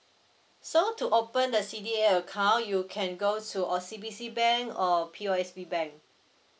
so to open the C_D_A account you can go to O_C_B_C bank or P_O_S_B bank